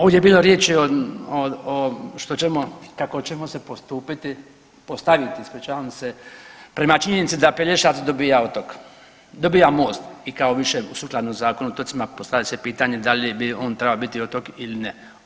Ovdje je bilo riječi o, što ćemo, kako ćemo postupiti, postaviti se, ispričavam se, prema činjenici da Pelješac dobija otok, dobija most i kao više sukladno Zakonu o otocima postavlja se pitanje da li bi on trebao biti otok ili ne.